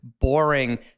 boring